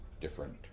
different